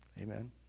Amen